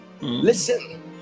listen